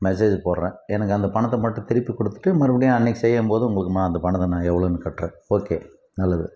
message போடுகிறேன் எனக்கு அந்த பணத்தை மட்டும் திருப்பி கொடுத்துட்டு மறுபடியும் அன்னைக்கு செய்யும்போது உங்களுக்கு ம அந்த பணத்தை நான் எவ்வளோன்னு கட்டுறேன் ஓகே நல்லது